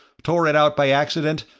tore it out by accident,